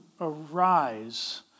arise